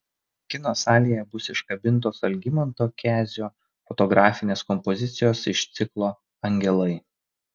kino salėje bus iškabintos algimanto kezio fotografinės kompozicijos iš ciklo angelai